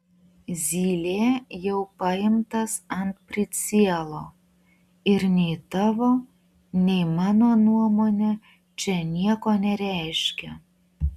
zylė jau paimtas ant pricielo ir nei tavo nei mano nuomonė čia nieko nereiškia